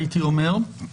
הייתי אומר.